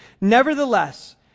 Nevertheless